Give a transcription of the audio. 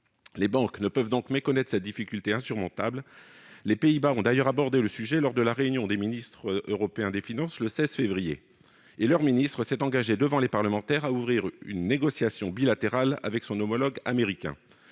Les banques ne peuvent méconnaître cette difficulté insurmontable. Les Pays-Bas ont d'ailleurs abordé le sujet le 16 février dernier, lors de la réunion des ministres européens des finances. Leur ministre s'est alors engagé devant les parlementaires à ouvrir une négociation bilatérale avec son homologue américain.